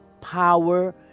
power